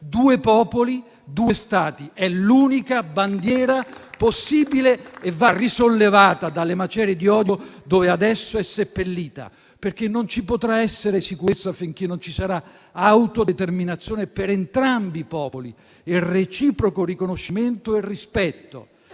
Due popoli, due Stati. È l'unica bandiera possibile e va risollevata dalle macerie di odio dove adesso è seppellita. Non ci potrà essere infatti sicurezza finché non ci sarà autodeterminazione per entrambi i popoli e reciproco riconoscimento e rispetto.